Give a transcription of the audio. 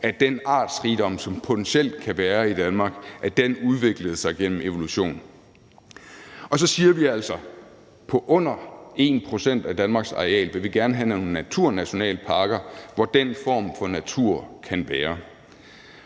at den artsrigdom, som potentielt kan være i Danmark, udviklede sig gennem evolution. Så siger vi altså, at på under 1 pct. af Danmarks areal vil vi gerne have nogle naturnationalparker, hvor den form for natur kan være,